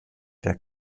der